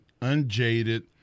unjaded